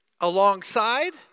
alongside